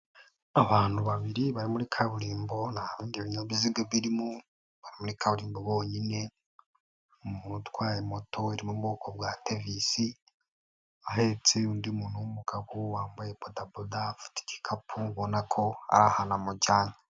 Abantu babiri bari muri kaburimbo. Ntabindi binyabiziga birimo bari muri kaburimbo bonyine. umuntu utwaye moto iri mu bwoko bwa TVS. Ahetse undi muntu w'umugabo wambaye bodaboda afite igikapu. Ubona ko ari ahantu amujyanye.